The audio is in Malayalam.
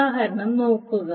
ഉദാഹരണം നോക്കുക